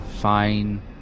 fine